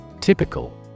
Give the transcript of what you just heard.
Typical